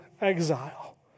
exile